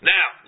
Now